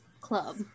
club